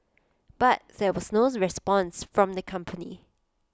but there was no response from the company